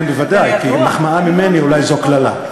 כן, בוודאי, כי מחמאה ממני אולי זו קללה.